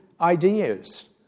ideas